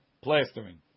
plastering